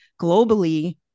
globally